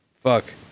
Fuck